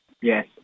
Yes